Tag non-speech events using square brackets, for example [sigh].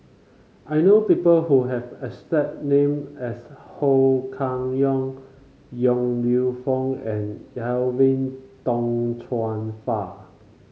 I know people who have a [unintelligible] name as Ho Kah Leong Yong Lew Foong and Edwin Tong Chun Fai